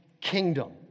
kingdom